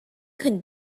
can